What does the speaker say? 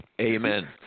Amen